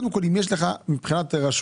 קודם כל אני שואל אותך מבחינת רשויות,